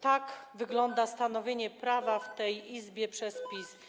Tak wygląda stanowienie prawa w tej Izbie przez PiS.